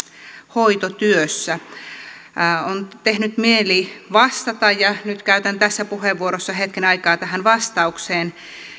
hoitotyössä on tehnyt mieli vastata ja nyt käytän tässä puheenvuorossa hetken aikaa tähän vastaukseen niin että